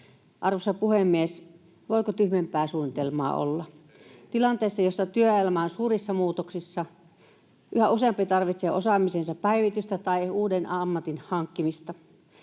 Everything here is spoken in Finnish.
Arvoisa puhemies! Voiko tyhmempää suunnitelmaa olla [Vasemmalta: Ei!] tilanteessa, jossa työelämä on suurissa muutoksissa, yhä useampi tarvitsee osaamisensa päivitystä tai uuden ammatin hankkimista?